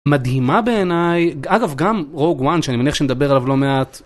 מדהימה בעיניי, אגב גם רוג וואן שאני מניח שנדבר עליו לא מעט.